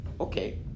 okay